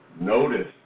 notice